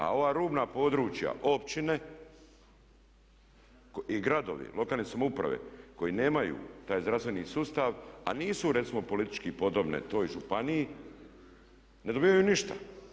A ova rubna područja, općine i gradovi, lokalne samouprave koji nemaju taj zdravstveni sustav a nisu recimo politički podobne toj županiji ne dobivaju ništa.